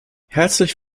herzlich